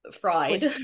fried